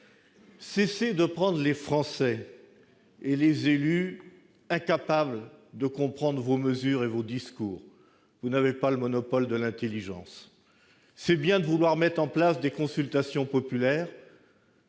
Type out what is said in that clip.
cessez de croire les Français et les élus incapables de comprendre vos mesures et vos discours ! Vous n'avez pas le monopole de l'intelligence. C'est bien de vouloir mettre en place des consultations populaires,